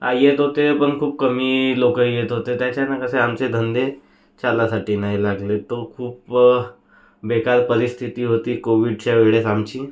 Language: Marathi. येत होते पण खूप कमी लोक येत होते त्याच्यानं कसं आहे आमचे धंदे चालासाठी नाही लागले तर खूप बेकार परिस्थिती होती कोविडच्या वेळेस आमची